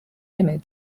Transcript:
image